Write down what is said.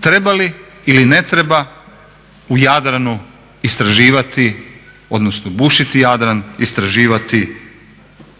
treba li ili ne treba u Jadranu istraživati, odnosno bušiti Jadran, istraživati.